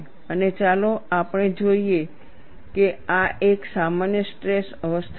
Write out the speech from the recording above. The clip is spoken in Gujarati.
અને ચાલો આપણે જોઈએ કે આ એક સામાન્ય સ્ટ્રેસ અવસ્થા છે